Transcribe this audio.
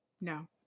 No